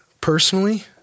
personally